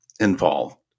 involved